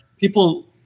people